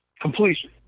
Completion